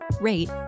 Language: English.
rate